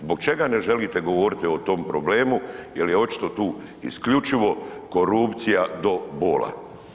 Zbog čega ne želite govoriti o tom problemu jer je očito tu isključivo korupcija do bola.